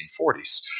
1940s